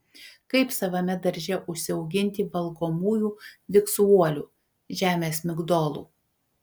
kaip savame darže užsiauginti valgomųjų viksvuolių žemės migdolų